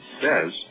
says